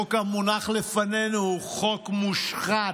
החוק המונח לפנינו הוא חוק מושחת,